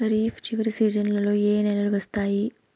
ఖరీఫ్ చివరి సీజన్లలో ఏ నెలలు వస్తాయి?